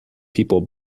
people